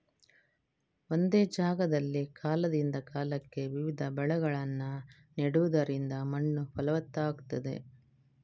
ಒಂದೇ ಜಾಗದಲ್ಲಿ ಕಾಲದಿಂದ ಕಾಲಕ್ಕೆ ವಿವಿಧ ಬೆಳೆಗಳನ್ನ ನೆಡುದರಿಂದ ಮಣ್ಣು ಫಲವತ್ತಾಗ್ತದೆ